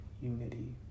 unity